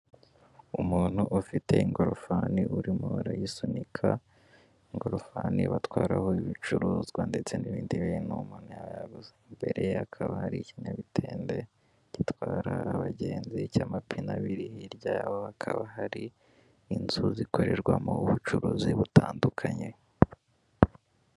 Umuntu ufite ingorofani urimo arayisunika, ingorofani batwararaho ibicuruzwa ndetse n'ibindi bintu, umuntu aba yaraguze, imbere hakaba hari ikinyamitende, gitwara abagenzi cy'amapine abiri hirya, hakaba hari inzu zikorerwamo ubucuruzi butandukanye.